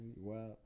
wow